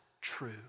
true